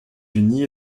unis